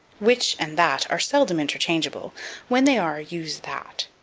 which and that are seldom interchangeable when they are, use that.